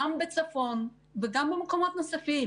גם בצפון וגם במקומות נוספים.